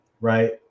Right